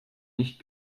nicht